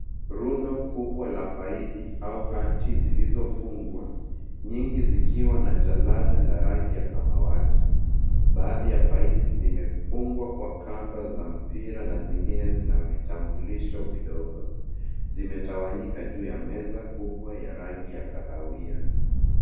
Rundo kubwa la faili au hati zilizofungwa nyingi zikiwa na jalada la rangi ya samawati. Baadhi ya faili zimefungwa kwa kamba za mpira na zingine zina vitambulisho vidogo. Zimetawanyika juu ya meza kubwa ya rangi ya kahawia.